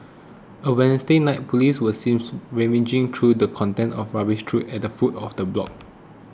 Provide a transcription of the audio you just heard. on Wednesday night police were seems rummaging through the contents of a rubbish chute at the foot of the block